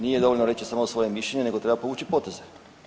Nije dovoljno reći samo svoje mišljenje, nego treba povući poteze.